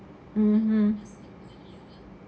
mmhmm